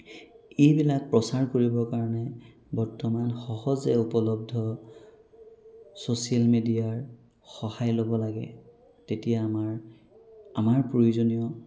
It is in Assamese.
এইবিলাক প্ৰচাৰ কৰিবৰ কাৰণে বৰ্তমান সহজে উপলদ্ধ ছ'চিয়েল মেডিয়াৰ সহায় ল'ব লাগে তেতিয়া আমাৰ আমাৰ প্ৰয়োজনীয়